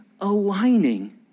aligning